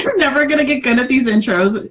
never gonna get good at these intros.